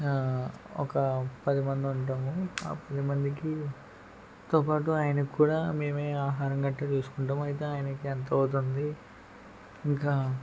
ఒక పది మంది ఉంటాము ఆ పది మందికి తో బాటు ఆయనకి కూడా మేమే ఆహారం గట్ట చూసుకుంటాము అయితే ఆయనకి ఎంత అవుతుంది ఇంకా